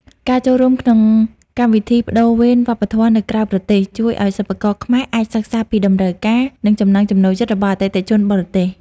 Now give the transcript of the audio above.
ការចូលរួមក្នុងកម្មវិធីប្តូរវេនវប្បធម៌នៅក្រៅប្រទេស ជួយឱ្យសិប្បករខ្មែរអាចសិក្សាពីតម្រូវការ និងចំណង់ចំណូលចិត្តរបស់អតិថិជនបរទេស។